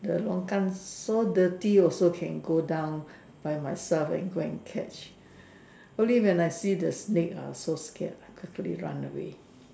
the longkang so dirty also can go down by myself and go and catch only when I see the snake I was so scared quickly run away